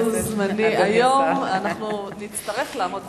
היום אנחנו נצטרך לעמוד בזמנים.